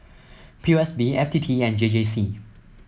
P O S B F T T and J J C